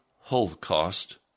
holocaust